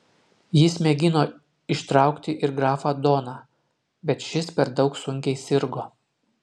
jis mėgino ištraukti ir grafą doną bet šis per daug sunkiai sirgo